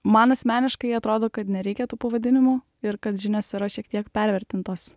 man asmeniškai atrodo kad nereikia tų pavadinimų ir kad žinios yra šiek tiek pervertintos